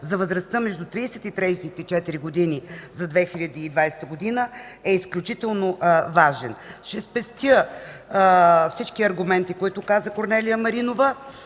за възрастта между 30 34 години за 2020 г. е изключително важен. Ще спестя всички аргументи, които каза Корнелия Маринова,